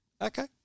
Okay